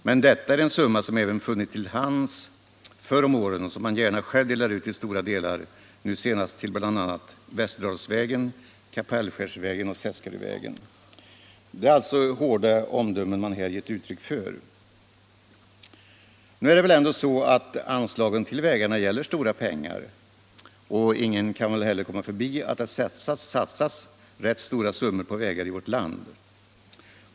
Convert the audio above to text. ”Men detta är en summa som även funnits till hands förr om åren och som han gärna själv delar ut till stora delar — nu senast till bl. a: Västerdalsvägen, Kapellskärsvägen och Seskarövägen.” Det är hårda omdömen man här givit uttryck för. Nu är det väl ändå så att anslagen till vägarna gäller stora pengar, och ingen kan väl heller komma förbi att det satsas rätt stora belopp på vägar i vårt land.